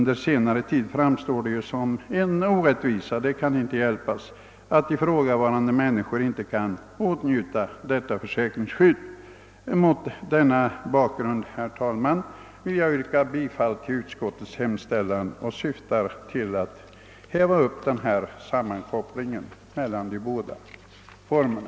Det framstår nu för tiden som en allt större orättvisa — det kan inte hjälpas — att ifrågavarande grupper inte kan få detta försäkringsskydd. Mot denna bakgrund, herr talman, yrkar jag bifall till utskottets hemställan, som innebär ett upphävande av sammankopplingen av de båda försäkringsformerna.